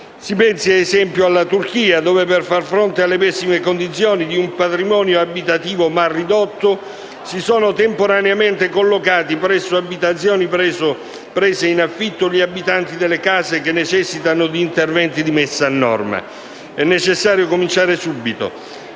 Si pensi ad esempio alla Turchia, dove per far fronte alle pessime condizioni di un patrimonio abitativo mal ridotto, si sono temporaneamente collocati presso abitazioni prese in affitto gli abitanti delle case che necessitano di interventi di messa a norma. È necessario cominciare subito